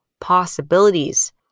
possibilities